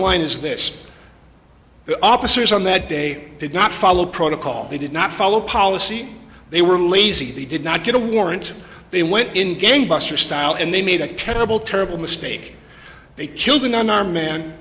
line is this the officers on that day did not follow protocol they did not follow policy they were lazy they did not get a warrant they went in gangbusters style and they made a terrible terrible mistake they killed an unarmed man